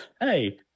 hey